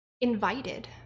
invited